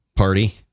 party